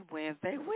Wednesday